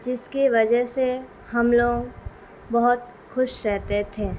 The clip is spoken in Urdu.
جس کی وجہ سے ہم لوگ بہت خوش رہتے تھے